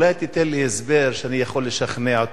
אולי תיתן לי הסבר, שאני אוכל לשכנע אותו?